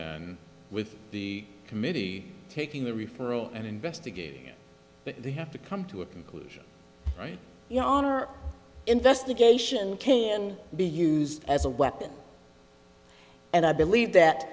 with the committee taking the referral and investigate but they have to come to a conclusion right here on our investigation can be used as a weapon and i believe that